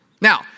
Now